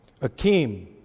Akeem